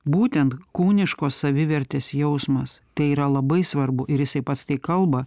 būtent kūniškos savivertės jausmas tai yra labai svarbu ir jisai pats tai kalba